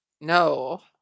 no